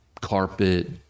carpet